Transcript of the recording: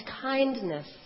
kindness